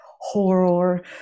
horror